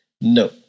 No